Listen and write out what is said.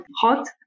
hot